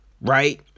Right